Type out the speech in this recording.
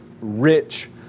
rich